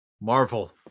Marvel